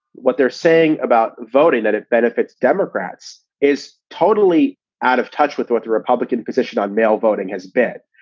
what they're saying about voting that it benefits democrats is totally out of touch with what the republican position on male voting has bet,